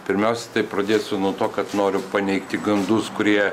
pirmiausia tai pradėsiu nuo to kad noriu paneigti gandus kurie